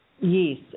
Yes